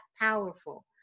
powerful